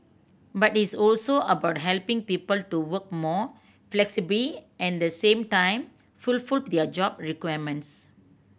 but it's also about helping people to work more flexibly and at the same time fulfil their job requirements